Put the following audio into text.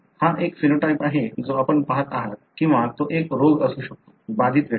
हा एक फिनोटाइप आहे जो आपण पहात आहात किंवा तो एक रोग असू शकतो बाधित व्यक्ती